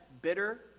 bitter